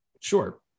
sure